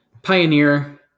Pioneer